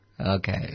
Okay